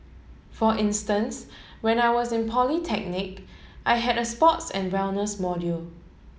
for instance when I was in polytechnic I had a sports and wellness module